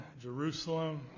Jerusalem